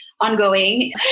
ongoing